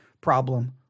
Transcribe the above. problem